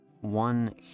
one